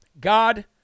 God